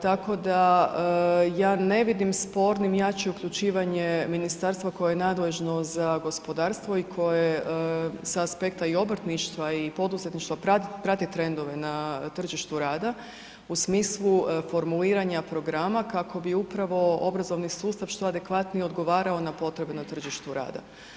Tako da ja ne vidim spornim jače uključivanje Ministarstva koje je nadležno za gospodarstvo i koje sa aspekta i obrtništva i poduzetništva prati trendove na tržištu rada u smislu formuliranja programa kako bi upravo obrazovni sustav što adekvatnije odgovarao na potrebe na tržištu rada.